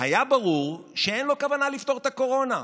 היה ברור שאין לו כוונה לפתור את הקורונה.